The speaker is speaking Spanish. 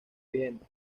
vigente